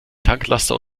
tanklaster